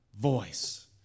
voice